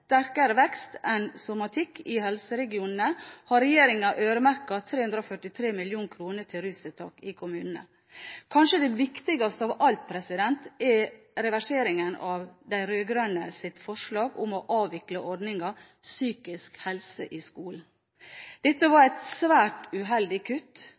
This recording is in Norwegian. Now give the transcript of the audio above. sterkere vekst enn somatikk i helseregionene, har regjeringen øremerket 343 mill. kr til rustiltak i kommunene. Kanskje det viktigste av alt er reverseringen av de rød-grønnes forslag om å avvikle ordningen «Psykisk helse i skolen». Dette var et svært uheldig kutt.